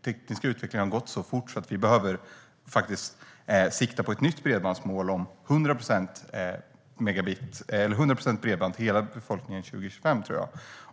Den tekniska utvecklingen har gått så fort att jag tror att vi behöver sikta på ett nytt bredbandsmål om att 100 procent, hela befolkningen, ska ha tillgång till bredband 2025.